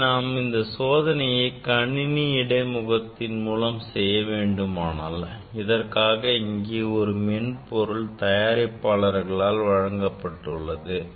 இங்கே நாம் இந்த சோதனையை கணினி இடை முகத்தின் மூலம் செய்ய வேண்டுமானால் அதற்காக இங்கே ஒரு மென்பொருள் தயாரிப்பாளர்களால் வழங்கப்பட்டுள்ளது